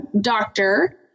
doctor